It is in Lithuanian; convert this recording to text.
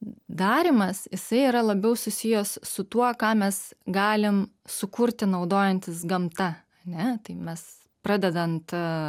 darymas jisai yra labiau susijęs su tuo ką mes galim sukurti naudojantis gamta ane tai mes pradedant